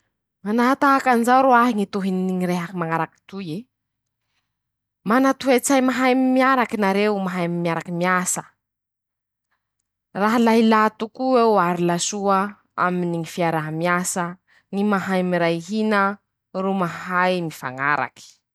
Manahatahaky anizao roahy ñy tohiny ñy rehaky mañaraky toy e: -"Mana toe-tsay mahay mi miaraky nareo mahay miaraky miasa ,raha la ilà toko'eo ary la soa aminy ñy fiarà-miasa ,ñy mahay miray hina ,ro mahay mifañaraky ".